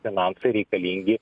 finansai reikalingi